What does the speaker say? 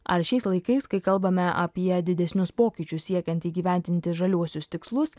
ar šiais laikais kai kalbame apie didesnius pokyčius siekiant įgyvendinti žaliuosius tikslus